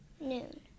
Noon